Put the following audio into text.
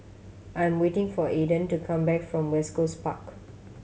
I am waiting for Aidyn to come back from West Coast Park